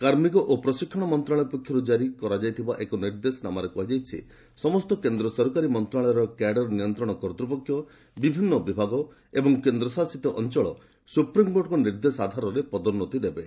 କାର୍ମିକ ଓ ପ୍ରଶିକ୍ଷଣ ମନ୍ତ୍ରଶାଳୟ ପକ୍ଷରୂ ଜାରୀ କରାଯାଇଥିବା ଏକ ନିର୍ଦ୍ଦେଶରେ କୁହାଯାଇଛି ସମସ୍ତ କେନ୍ଦ୍ର ସରକାରୀ ମନ୍ତ୍ରଣାଳୟର କ୍ୟାଡର୍ ନିୟନ୍ତ୍ରଣ କର୍ତ୍ତୃପକ୍ଷ ବିଭିନ୍ନ ବିଭାଗ ଏବଂ କେନ୍ଦ୍ରଶାସିତ ଅଞ୍ଚଳ ସୁପ୍ରିମ୍କୋର୍ଟଙ୍କ ନିର୍ଦ୍ଦେଶ ଆଧାରରେ ପଦୋନୁତି ଦେବେ